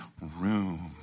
room